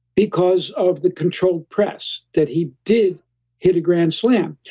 because of the controlled press, that he did hit a grand slam.